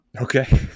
Okay